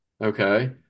Okay